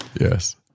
yes